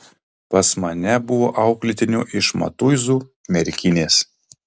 pas mane buvo auklėtinių iš matuizų merkinės